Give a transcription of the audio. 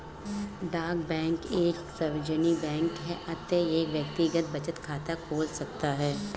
डाक बैंक एक सार्वजनिक बैंक है अतः यह व्यक्तिगत बचत खाते खोल सकता है